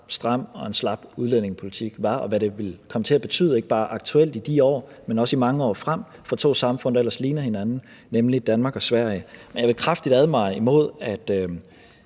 stram og en slap udlændingepolitik var, og hvad det ville komme til at betyde, ikke bare aktuelt i de år, men også i mange år frem, for to samfund, der ellers ligner hinanden, nemlig Danmark og Sverige. Men jeg vil kraftigt advare imod, at